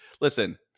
listen